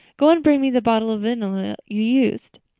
go and bring me the bottle of vanilla you used.